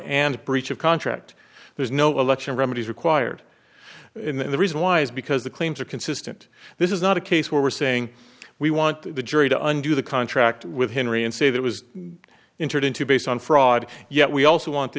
and breach of contract there's no election remedies required in the reason why is because the claims are consistent this is not a case where we're saying we want the jury to undo the contract with hillary and say that was entered into based on fraud yet we also want the